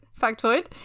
Factoid